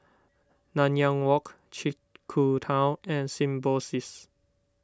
Nanyang Walk Chiku Tao and Symbiosis